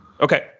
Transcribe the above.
Okay